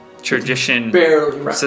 Tradition